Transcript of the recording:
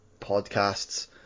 podcasts